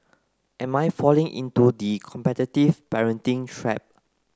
am I falling into the competitive parenting trap